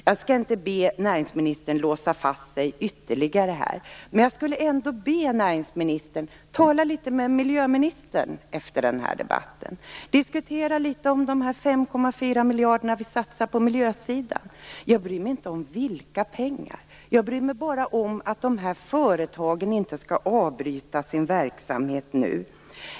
Jag skall inte be näringsministern låsa fast sig ytterligare här, men jag skulle ändå vilja be näringsministern att han talar litet med miljöministern efter den här debatten. Diskutera litet om de 5,4 miljarder som vi satsar på miljösidan. Jag bryr mig inte om vilka pengar det blir. Jag bryr mig bara om att de här företagen inte skall avbryta sin verksamhet nu.